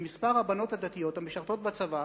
במספר הבנות הדתיות המשרתות בצבא